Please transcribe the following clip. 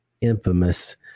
infamous